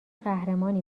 قهرمانی